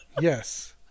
Yes